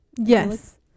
Yes